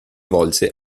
volse